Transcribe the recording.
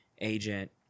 agent